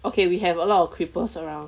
okay we have a lot of creepers around